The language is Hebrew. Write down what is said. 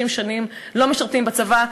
30 שנים לא משרתים בצבא.